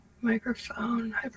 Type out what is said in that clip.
Microphone